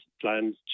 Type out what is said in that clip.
plans